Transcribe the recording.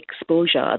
exposure